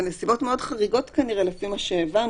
בנסיבות מאוד חריגות כנראה לפי מה שהבנו,